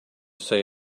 say